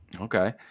okay